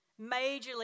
majorly